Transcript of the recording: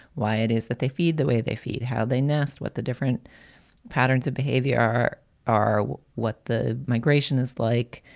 why it is that they feed the way they feed, how they nest, what the different patterns of behavior are, what the migration is like,